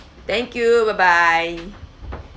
thank you byebye